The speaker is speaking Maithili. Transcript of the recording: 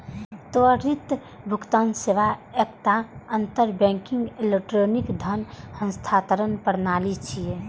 त्वरित भुगतान सेवा एकटा अंतर बैंकिंग इलेक्ट्रॉनिक धन हस्तांतरण प्रणाली छियै